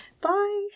Bye